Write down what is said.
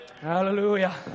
Hallelujah